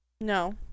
No